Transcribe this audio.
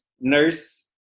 Nurse